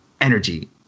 energy